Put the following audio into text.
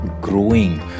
growing